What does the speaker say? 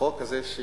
שהחוק הזה שהוא